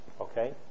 Okay